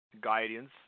guidance